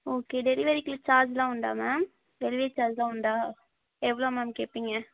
okay டெலிவரிக்கு சார்ஜெல்லாம் உண்டா மேம் டெலிவரி சார்ஜெல்லாம் உண்டா எவ்வளோ மேம் கேட்பீங்க